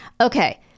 Okay